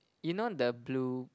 you know the blue